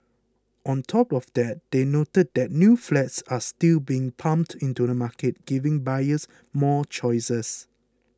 on top of that they noted that new flats are still being pumped into the market giving buyers more choices